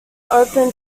open